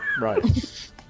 right